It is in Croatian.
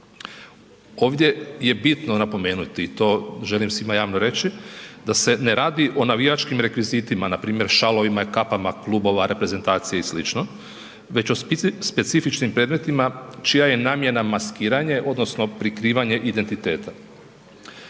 Ovdje je bitno napomenuti i to želim svima javno reći da se ne radi o navijačkim rekvizitima npr. šalovima i kapama klubova, reprezentacije i sl. već o i specifičnim predmetima čija je namjena maskiranje odnosno prikrivanje identiteta.